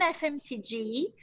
FMCG